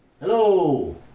Hello